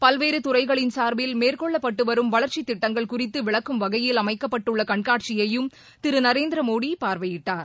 பல்வேறு துறைகளின் சார்பில் மேற்கொள்ளப்பட்டு வரும் வளர்ச்சி திட்டங்கள் குறித்து விளக்கும் வகையில் அமைக்கப்பட்டுள்ள கண்காட்சியையும் திரு நரேந்திரமோடி பார்வையிட்டார்